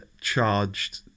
charged